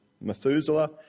Methuselah